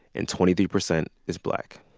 and twenty three percent is black.